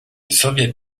soviet